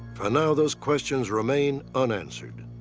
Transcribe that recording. for now, those questions remain unanswered.